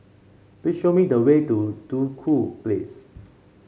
please show me the way to Duku Place